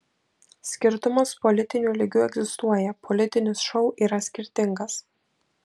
skirtumas politiniu lygiu egzistuoja politinis šou yra skirtingas